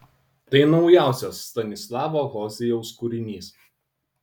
tai naujausias stanislavo hozijaus kūrinys